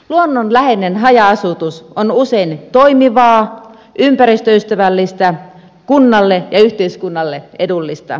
luonnonläheinen haja asutus on usein toimivaa ympäristöystävällistä kunnalle ja yhteiskunnalle edullista